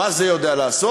מה זה יודע לעשות?